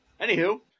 Anywho